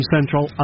Central